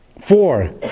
Four